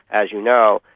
as you know,